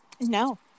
No